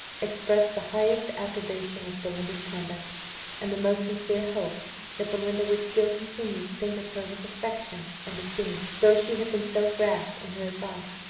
expressed the highest approbation of belinda's conduct and the most sincere hope that belinda would still continue to think of her with affection and esteem, though she had been so rash in her advice,